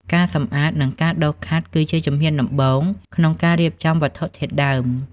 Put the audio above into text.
ការសម្អាត និងការដុសខាត់ គឺជាជំហានដំបូងក្នុងការរៀបចំវត្ថុធាតុដើម។